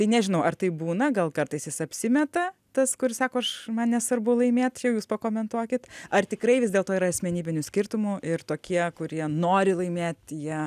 tai nežinau ar taip būna gal kartais jis apsimeta tas kuris sako aš man nesvarbu laimėt čia jau jūs pakomentuokit ar tikrai vis dėlto yra asmenybinių skirtumų ir tokie kurie nori laimėt jie